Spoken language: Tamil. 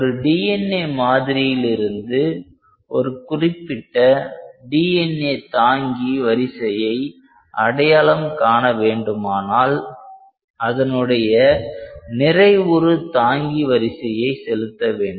ஒரு DNA மாதிரியில் இருந்து ஒரு குறிப்பிட்ட DNA தாங்கி வரிசையை அடையாளம் காண வேண்டுமானால் அதனுடைய நிறைவுறு தாங்கி வரிசையை செலுத்த வேண்டும்